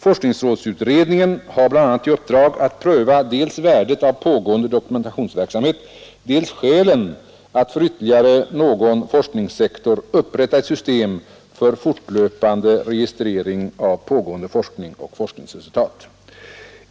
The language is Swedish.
Forskningsrådsutredningen har bl.a. i uppdrag att pröva dels värdet av pågående dokumentationsverksamhet, dels skälen att för ytterligare någon forskningssektor upprätta ett system för fortlöpande registrering av pågående forskning och forskningsresultat.